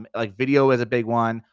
um like video is a big one,